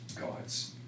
God's